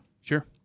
Sure